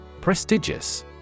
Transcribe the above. Prestigious